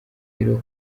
rero